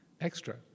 extra